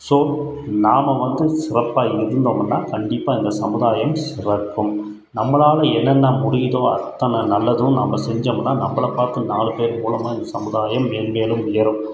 so நாம் மட்டும் சிறப்பாக இருந்தோம்னா கண்டிப்பாக இந்த சமுதாயம் சிறக்கும் நம்மளால் என்னென்ன முடியுதோ அத்தனை நல்லதும் நம்ம செஞ்சோம்னா நம்பளை பார்த்து நாலு பேரு மூலமாக இந்த சமுதாயம் மேலும்மேலும் உயரும்